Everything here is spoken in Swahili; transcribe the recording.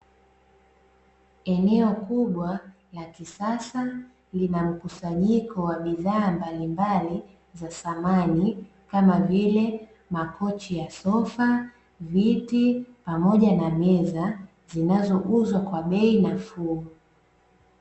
Eneo kubwa la kisasa lina mkusanyiko wa bidhaa mbalimbali za samani kama vile makochi ya sofa, viti, pamoja na meza zinazouzwa kwa bei nafuu.